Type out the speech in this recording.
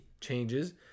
changes